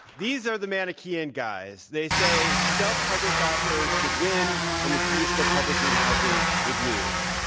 these are the manichean guys. they say, self published authors should win and the traditional publishing houses should lose.